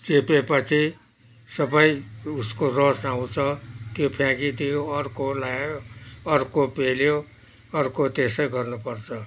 चेपे पछि सबै उसको रस आउँछ त्यो फ्याकिदियो अर्को लायो अर्को पेल्यो अर्को त्यसै गर्नु पर्छ